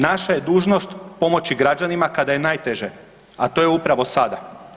Naša je dužnost pomoći građanima kada je najteže, a to je upravo sada.